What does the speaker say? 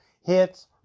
Hits